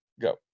go